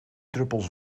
druppels